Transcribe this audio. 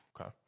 Okay